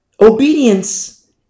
obedience